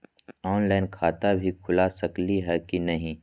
Online खाता भी खुल सकली है कि नही?